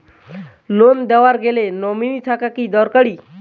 Loan নেওয়ার গেলে nominee থাকা কি দরকারী?